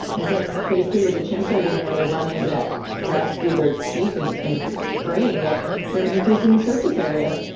and that's basically what the chimps are doing when they're running that grass through their teeth and and fraying it they're increasing the surface area.